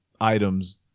items